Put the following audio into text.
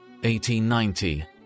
1890